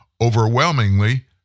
overwhelmingly